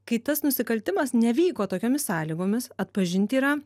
kai tas nusikaltimas nevyko tokiomis sąlygomis atpažinti yra